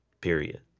period